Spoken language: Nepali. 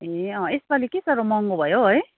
ए अँ यसपालि के साह्रो महँगो भयो हौ है